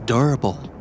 Durable